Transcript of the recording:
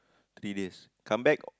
three days come back